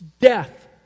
death